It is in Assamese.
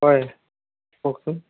হয় কওকচোন